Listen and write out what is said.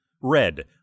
Red